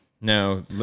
No